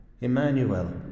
Emmanuel